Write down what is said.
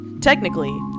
technically